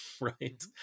right